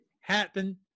happen